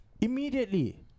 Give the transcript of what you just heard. immediately